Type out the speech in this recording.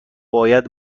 باید